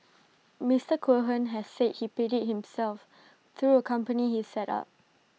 Mister Cohen has said he paid IT himself through A company he set up